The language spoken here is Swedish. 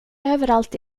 överallt